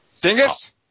Dingus